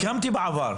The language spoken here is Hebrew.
הקמתי בעבר.